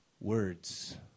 Words